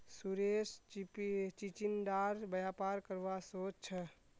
सुरेश चिचिण्डार व्यापार करवा सोच छ